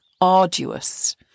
arduous